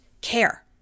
care